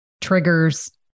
triggers